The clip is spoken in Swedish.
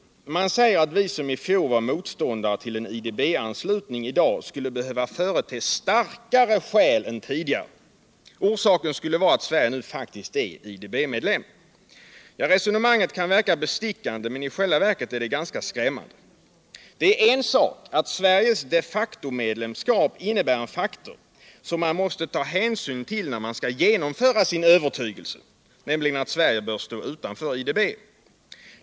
Man säger att vi som i fjol var motståndare till en IDB anslutning i dag skulle ”behöva förete starkare skäl än tidigare”. Orsaken skulle vara att Sverige nu faktiskt är IDB-medlem. Resonemanget kan verka bestickande, men i själva verket är det ganska skrämmande. Det är en sak att Sveriges de-facto-medlemskap innebär en faktor som man måste ta hänsyn till när man skall genomföra sin övertygelse, nämligen att Sverige bör stå utanför IDB.